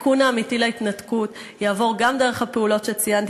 התיקון האמיתי של ההתנתקות יעבור גם דרך הפעולות שציינתי,